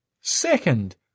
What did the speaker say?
Second